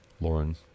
Lauren